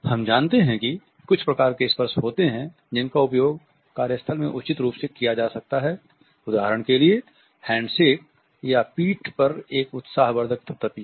हम जानते हैं कि कुछ प्रकार के स्पर्श होते हैं जिनका उपयोग कार्य स्थल में उचित रूप से किया जा सकता है उदाहरण के लिए हैण्डशेक या पीठ पर एक उत्साहवर्द्धक थप थपी